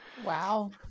Wow